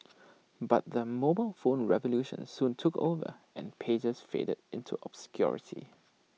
but the mobile phone revolution soon took over and pagers faded into obscurity